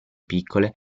piccole